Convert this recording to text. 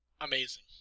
amazing